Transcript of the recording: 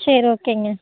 சரி ஓகேங்க